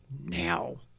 Now